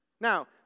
Now